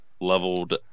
leveled